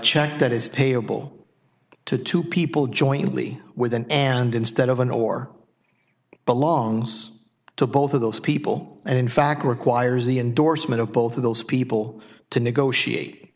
check that is payable to two people jointly with an and instead of an or belongs to both of those people and in fact requires the endorsement of both of those people to negotiate